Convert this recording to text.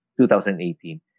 2018